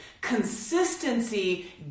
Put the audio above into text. consistency